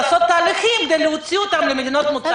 לעשות תהליכים כדי להוציא אותם למדינות המוצא שלהם.